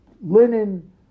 linen